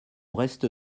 reste